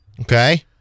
Okay